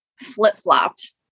flip-flopped